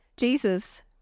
Jesus